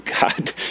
God